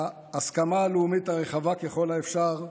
ההסכמה הלאומית הרחבה ככל האפשר,